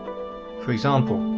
for example,